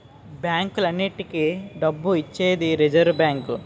బ్యాంకులన్నింటికీ డబ్బు ఇచ్చేది రిజర్వ్ బ్యాంకే